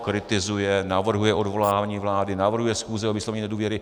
Kritizuje, navrhuje odvolání vlády, navrhuje schůze o vyslovení nedůvěry.